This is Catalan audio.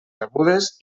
rebudes